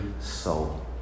soul